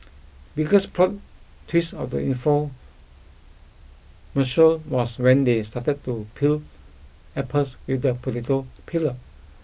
biggest plot twist of the infomercial was when they started to peel apples with the potato peeler